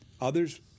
Others